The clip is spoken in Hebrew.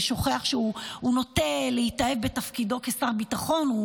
ששוכח שהוא נוטה להתאהב בתפקידו כשר ביטחון,